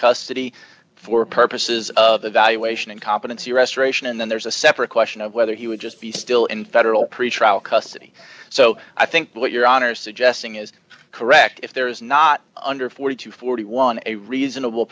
custody for purposes of evaluation and competency restoration and then there's a separate question of whether he would just be still in federal pretrial custody so i think what your honor suggesting is correct if there is not under forty dollars to forty one dollars a reasonable